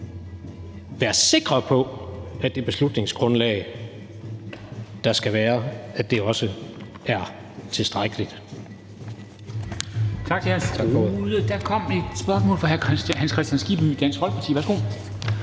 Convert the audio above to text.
være sikre på, at det beslutningsgrundlag, der skal være, også er tilstrækkeligt.